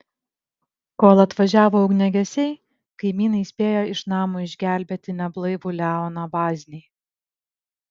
kol atvažiavo ugniagesiai kaimynai spėjo iš namo išgelbėti neblaivų leoną vaznį